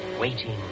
waiting